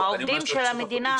אני אומר שרשות האוכלוסין,